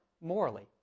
morally